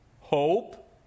hope